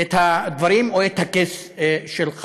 את הדברים או את ה-case שלך.